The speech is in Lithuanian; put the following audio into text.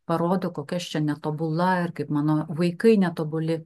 parodo kokia aš čia netobula ir kaip mano vaikai netobuli